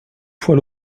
fois